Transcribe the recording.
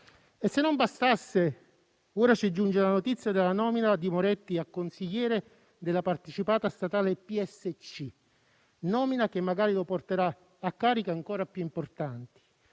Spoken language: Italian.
questo non bastasse, ora ci giunge la notizia della nomina di Moretti a consigliere della partecipata statale PSC, nomina che magari lo porterà a cariche ancora più importanti.